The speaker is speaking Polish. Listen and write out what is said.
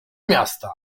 miasta